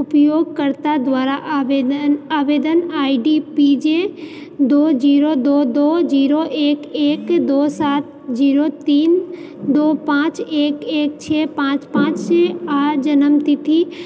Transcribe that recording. उपयोगकर्ता द्वारा आवेदन आवेदन आईडी पीजे दो जीरो दो दो जीरो एक एक दो सात जीरो तीन दो पाँच एक एक छह पाँच पाँच आ जन्मतिथि